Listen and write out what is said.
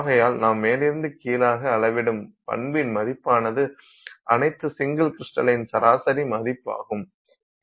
ஆகையால் நாம் மேலிருந்து கீழாக அளவிடும் பண்பின் மதிப்பானது அனைத்து சிங்கிள் கிரிஸ்டலின் சராசரி மதிப்பாகும்